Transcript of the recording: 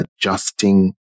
adjusting